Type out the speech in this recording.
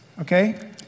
Okay